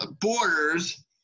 borders